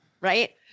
Right